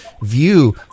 view